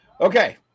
Okay